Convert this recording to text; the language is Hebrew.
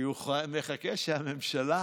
כי הוא מחכה שהממשלה